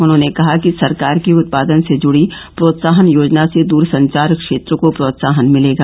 उन्होंने कहा कि सरकार की उत्पादन से जुड़ी प्रोत्साहन योजना से दूरसंचार क्षेत्र को प्रोत्साहन मिलेगा